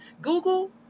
Google